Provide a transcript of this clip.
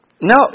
No